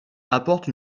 apporte